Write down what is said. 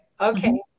Okay